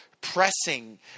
pressing